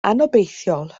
anobeithiol